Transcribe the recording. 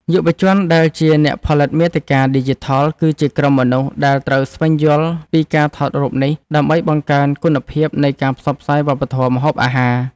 យុវជនដែលជា អ្នកផលិតមាតិកាឌីជីថល គឺជាក្រុមមនុស្សដែលត្រូវស្វែងយល់ពីការថតរូបនេះ ដើម្បីបង្កើនគុណភាពនៃការផ្សព្វផ្សាយវប្បធម៌ម្ហូបអាហារ។